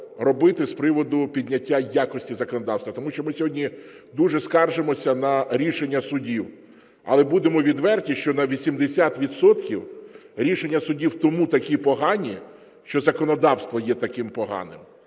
з приводу підняття якості законодавства, тому що ми сьогодні дуже скаржимося на рішення судів. Але, будемо відверті, що на 80 відсотків рішення судів тому такі погані, що законодавство є таким поганим.